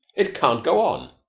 it can't go on.